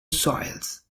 soils